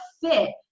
fit